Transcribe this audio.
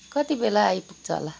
कति बेला आइपुग्छ होला